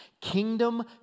Kingdom